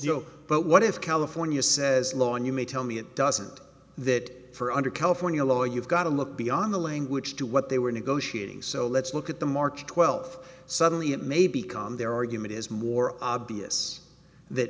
joke but what if california says law and you may tell me it doesn't that for under california law you've got to look beyond the language to what they were negotiating so let's look at the march twelfth suddenly it may become their argument is more obvious that